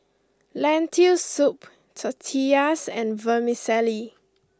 Lentil Soup Tortillas and Vermicelli